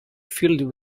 filled